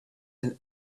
and